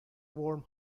warm